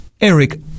Eric